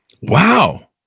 Wow